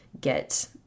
get